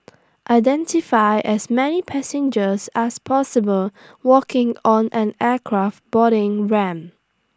identify as many passengers as possible walking on an aircraft boarding ramp